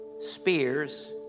spears